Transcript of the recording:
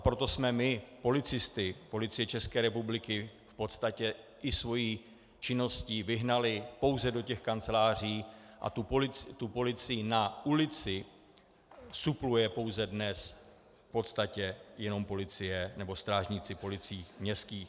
Proto jsme my policisty Policie České republiky v podstatě i svou činností vyhnali pouze do těch kanceláří a policii na ulici supluje pouze dnes v podstatě jenom policie nebo strážníci v ulicích městských.